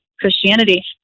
Christianity